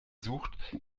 sucht